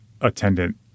attendant